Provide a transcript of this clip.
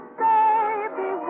baby